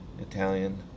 Italian